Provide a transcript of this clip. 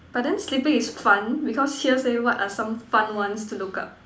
but then sleeping is fun because here say what are some fun ones to look up